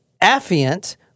affiant